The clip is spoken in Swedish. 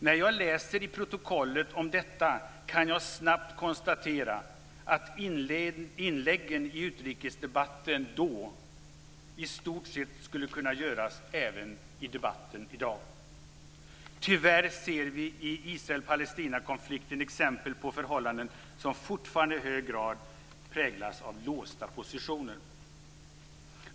När jag läser i protokollet om detta kan jag snabbt konstatera att inläggen i utrikesdebatten då i stort sett skulle kunna göras även i debatten i dag. Tyvärr ser vi i Israel-Palestinakonflikten exempel på förhållanden som fortfarande i hög grad präglas av låsta positioner.